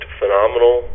phenomenal